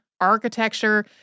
architecture